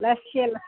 ಲಸ್ಸಿ ಎಲ್ಲ